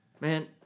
Man